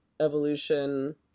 evolution